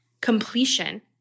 completion